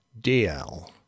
DL